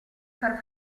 far